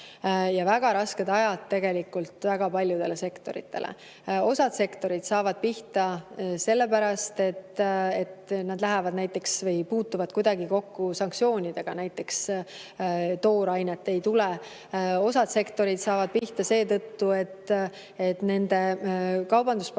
ja väga rasked ajad tegelikult väga paljudele sektoritele. Osad sektorid saavad pihta sellepärast, et nad puutuvad kuidagi kokku sanktsioonidega, näiteks toorainet ei tule. Osad sektorid saavad pihta seetõttu, et nende kaubanduspartner